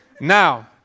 Now